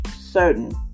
certain